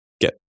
get